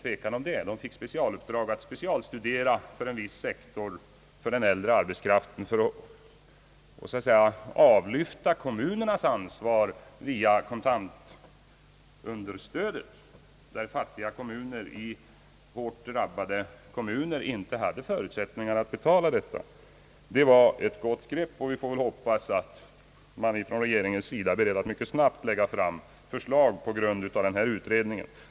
Utredningen fick i uppdrag att specialstudera situationen för den äldre arbetskraften i syfte att avlyfta kommunerna ansvar för det viktiga kontantunderstödet, som fattiga och hårt drabbade kommuner inte hade förutsättningar att betala. Vi får väl hoppas att regeringen snart är beredd att lägga fram förslag på basis av denna utredning.